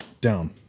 down